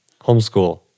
homeschool